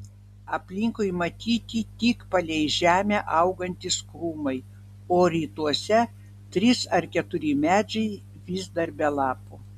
aplinkui matyti tik palei žemę augantys krūmai o rytuose trys ar keturi medžiai vis dar be lapų